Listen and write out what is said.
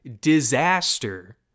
disaster